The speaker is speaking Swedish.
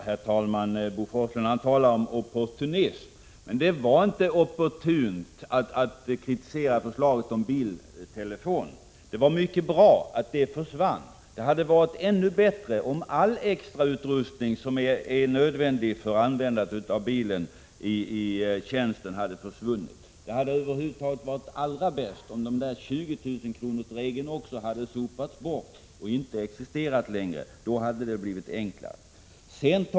Herr talman! Bo Forslund talar om opportunism. Det var inte opportunt att kritisera förslaget om biltelefon. Det var mycket bra att förslaget försvann. Det hade varit ännu bättre om all extrautrustning som behövs för användande av bilen i tjänsten hade undantagits. Det hade över huvud taget varit allra bäst om även regeln om 20 000 kr. hade slopats. Då hade det blivit enklare.